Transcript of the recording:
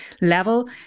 level